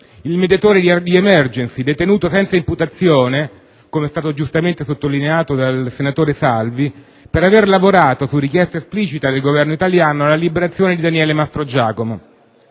il mediatore di Emergency detenuto senza imputazione - come è stato giustamente sottolineato dal senatore Salvi - per aver lavorato su richiesta esplicita del Governo italiano alla liberazione di Daniele Mastrogiacomo.